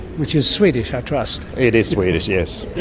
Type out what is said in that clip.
which is swedish i trust? it is swedish, yes.